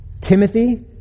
Timothy